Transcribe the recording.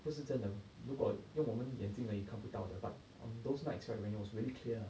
不是真的如果用我们眼睛来看不到的 but on those nights right when it was really clear ah